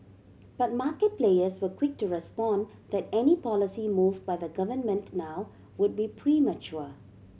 but market players were quick to respond that any policy move by the government now would be premature